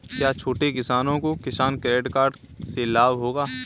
क्या छोटे किसानों को किसान क्रेडिट कार्ड से लाभ होगा?